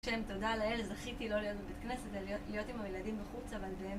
שם, תודה לאל, זכיתי לא להיות בבית כנסת, ולהיות עם הילדים בחוץ, אבל באמת...